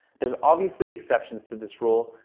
there's obviously exceptions to this rule,